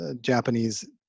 japanese